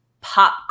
pop